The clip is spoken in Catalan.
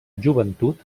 joventut